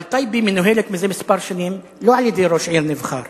אבל טייבה מנוהלת מזה כמה שנים לא על-ידי ראש עיר נבחר